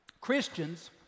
Christians